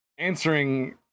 Answering